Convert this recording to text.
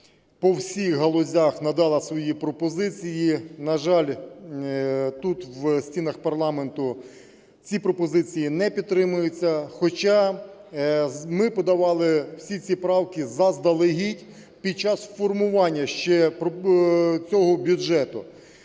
по всіх галузях надала свої пропозиції. На жаль, тут в стінах парламенту ці пропозиції не підтримуються, хоча ми подавали всі ці правки заздалегідь під час формування ще цього бюджету.